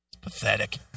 Pathetic